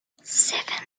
seven